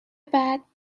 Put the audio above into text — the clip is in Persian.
بعد